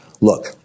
Look